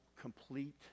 complete